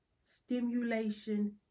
stimulation